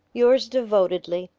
yours devotedly,